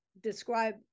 describe